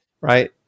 Right